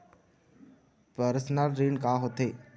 Personal ऋण का होथे?